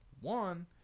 One